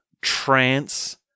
trance